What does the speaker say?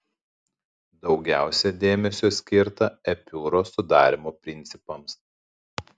daugiausia dėmesio skirta epiūros sudarymo principams